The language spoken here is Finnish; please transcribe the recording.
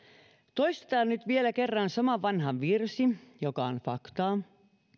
toistetaan nyt vielä kerran sama vanha virsi joka on faktaa